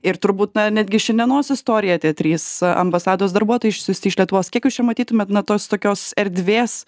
ir turbūt na netgi šiandienos istorija tie trys ambasados darbuotojai išsiųsti iš lietuvos kiek jūs čia matytumėt na tos tokios erdvės